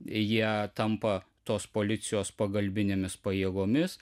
jie tampa tos policijos pagalbinėmis pajėgomis